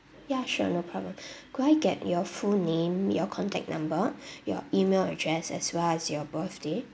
ya sure no problem could I get your full name your contact number your email address as well as your birthday